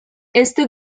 este